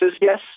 Yes